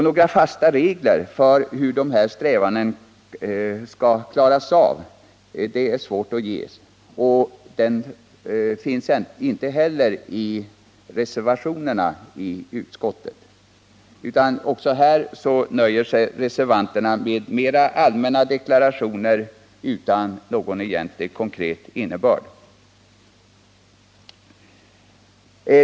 Några fasta regler för dessa strävanden kan inte ges och föreslås inte heller i reservationerna till utskottsbetänkandet — även här nöjer sig reservanterna med mera allmänna deklarationer utan någon egentlig konkret innebörd.